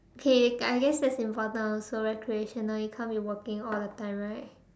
okay I guess that's important also recreational you can't be working all the time right